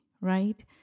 right